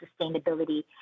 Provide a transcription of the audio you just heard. sustainability